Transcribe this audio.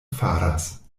faras